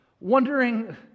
Wondering